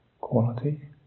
quality